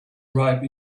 ripe